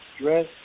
dress